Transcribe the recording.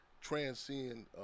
transcend